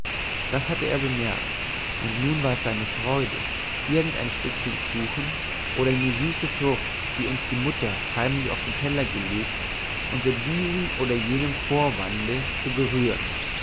das hatte er bemerkt und nun war es seine freude irgend ein stückchen kuchen oder eine süße frucht die uns die gute mutter heimlich auf den teller gelegt unter diesem oder jenem vorwande zu berühren